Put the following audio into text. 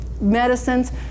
medicines